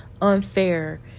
unfair